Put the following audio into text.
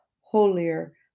holier